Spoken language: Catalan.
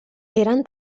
eren